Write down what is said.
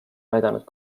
näidanud